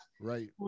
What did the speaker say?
Right